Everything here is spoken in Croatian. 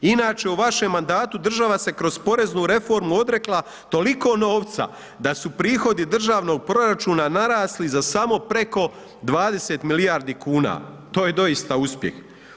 Inače u vašem mandatu država se kroz poreznu reformu odrekla toliko novca da su prihodi državnog proračuna narasli za samo preko 20 milijardi kuna, to je doista uspjeh.